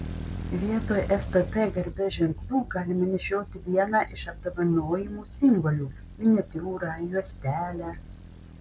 vietoj stt garbės ženklų galima nešioti vieną iš apdovanojimų simbolių miniatiūrą juostelę